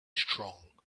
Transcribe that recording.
strong